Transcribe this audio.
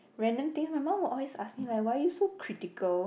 random thing some more or always ask me like why you so critical